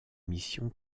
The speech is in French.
missions